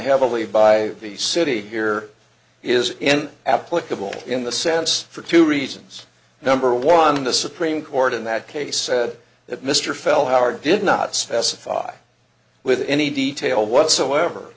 heavily by the city here is n applicable in the sense for two reasons number one the supreme court in that case said that mr fell howard did not specify with any detail whatsoever